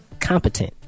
competent